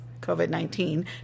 COVID-19